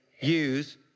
use